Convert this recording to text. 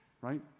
right